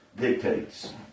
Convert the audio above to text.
dictates